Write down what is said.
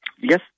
Yes